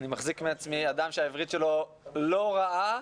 אני מחזיק מעצמי אדם שהעברית שלו לא רעה,